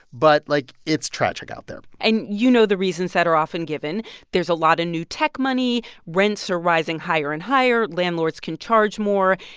but, like, it's tragic out there and you know the reasons that are often given there's a lot of new tech money. rents are rising higher and higher. landlords can charge more.